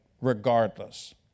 regardless